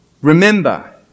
remember